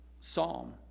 psalm